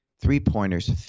three-pointers